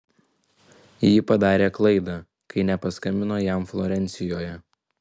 ji padarė klaidą kai nepaskambino jam florencijoje